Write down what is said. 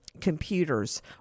computers